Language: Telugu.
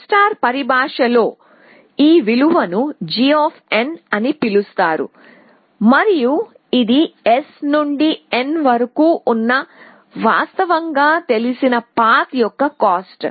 A పరిభాషలో ఈ విలువను g అని పిలుస్తారు మరియు ఇది S నుండి n వరకు ఉన్న వాస్తవంగా తెలిసిన పాత్ యొక్క కాస్ట్